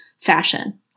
fashion